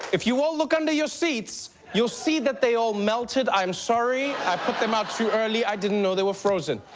if you all look under your seats, you'll see that they all melted, i'm sorry. i put them out too early. i didn't know they were frozen.